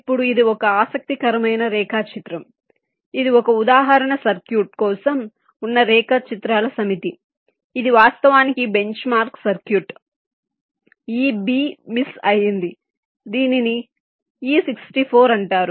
ఇప్పుడు ఇది ఒక ఆసక్తికరమైన రేఖాచిత్రం ఇది ఒక ఉదాహరణ సర్క్యూట్ కోసం ఉన్న రేఖాచిత్రాల సమితి ఇది వాస్తవానికి బెంచ్ మార్క్ సర్క్యూట్ ఈ b మిస్ అయింది దీనిని e64 అంటారు